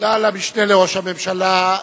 תודה למשנה לראש הממשלה,